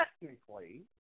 technically